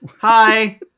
hi